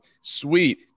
Sweet